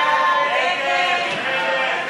ההסתייגויות (32) לחלופין ח' ט"ז של קבוצת סיעת יש עתיד